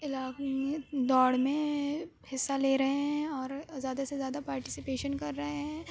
علاقے میں دوڑ میں حصّہ لے رہے ہیں اور زیادہ سے زیادہ پارٹیسپیشن کر رہے ہیں